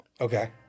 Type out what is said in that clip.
Okay